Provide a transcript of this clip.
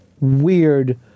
weird